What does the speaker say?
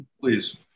please